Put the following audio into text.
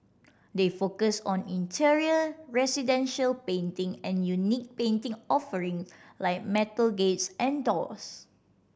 they focus on interior residential painting and unique painting offering like metal gates and doors